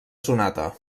sonata